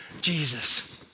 Jesus